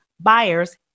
buyers